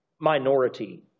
minority